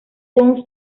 wong